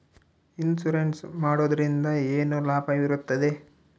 Insurance ಮಾಡೋದ್ರಿಂದ ಏನು ಲಾಭವಿರುತ್ತದೆ?